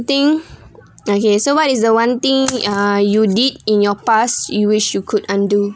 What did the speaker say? think okay so what is the one thing uh you did in your past you wish you could undo